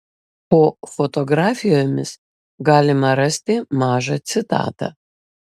po fotografijomis galima rasti mažą citatą